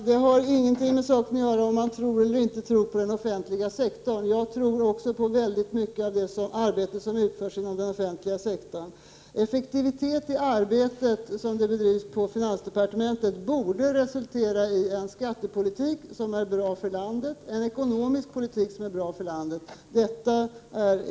Herr talman! Det har inte med saken att göra om man tror eller inte tror på den offentliga sektorn. Jag tror också på mycket av det arbete som utförs inom den offentliga sektorn. En effektivitet i det arbete som bedrivs inom finansdepartementet borde resultera i en skattepolitik och en ekonomisk politik som är bra för landet.